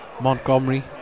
Montgomery